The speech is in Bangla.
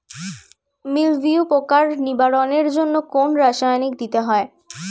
মিলভিউ পোকার নিবারণের জন্য কোন রাসায়নিক দিতে হয়?